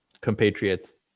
compatriots